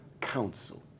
council